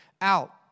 out